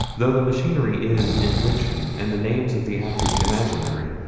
though the machinery is invention, and the names of the actors imaginary,